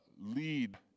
lead